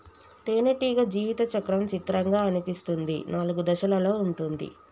తేనెటీగ జీవిత చక్రం చిత్రంగా అనిపిస్తుంది నాలుగు దశలలో ఉంటుంది